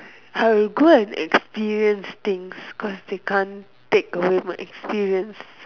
I will go and experience things cause they can't take away my experience